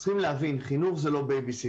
צריכים להבין, חינוך זה לא בייביסיטר.